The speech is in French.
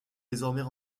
désormais